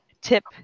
tip